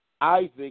Isaac